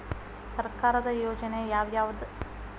ಸರ್ಕಾರದ ಯೋಜನೆ ಯಾವ್ ಯಾವ್ದ್?